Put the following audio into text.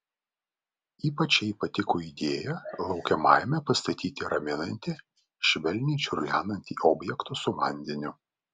ypač jai patiko idėja laukiamajame pastatyti raminantį švelniai čiurlenantį objektą su vandeniu